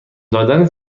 دادن